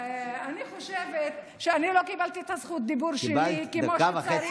אני חושבת שאני לא קיבלתי את זכות הדיבור שלי כמו שצריך.